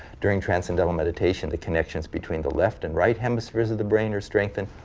during transcendental meditation the connections between the left and right hemispheres of the brain are strengthened.